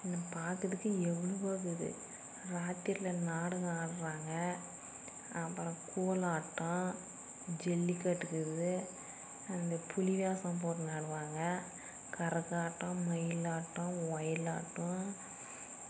இங்கே பார்க்கதுக்கு எவ்வளவோ இருக்குது இராத்திரில நாடகம் ஆடுகிறாங்க அப்புறம் கோலாட்டம் ஜல்லிகட்டுக்கிறது அந்த புலி வேஷம் போட்டுனு ஆடுவாங்க கரகாட்டம் மயிலாட்டம் ஒயிலாட்டம்